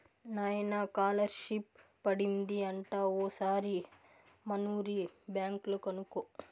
నాయనా కాలర్షిప్ పడింది అంట ఓసారి మనూరి బ్యాంక్ లో కనుకో